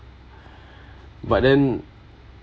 but then